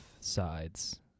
sides